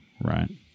right